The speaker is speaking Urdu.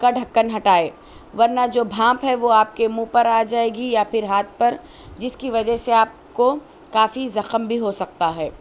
کا ڈھکّن ہٹائے ورنہ جو بھانپ ہے وہ آپ کے منہ پر آ جائے گی یا پھر ہاتھ پر جس کی وجہ سے آپ کو کافی زخم بھی ہو سکتا ہے